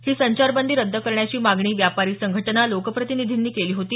ही संचारबंदी रद्द करण्याची मागणी व्यापारी संघटना लोकप्रतिनिधींनी केली होती